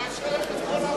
מה שייכת כל ההרצאה הזאת?